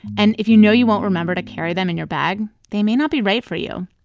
and if you know you won't remember to carry them in your bag, they may not be right for you.